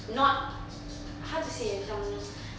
not how to say ah macam